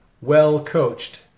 well-coached